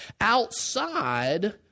outside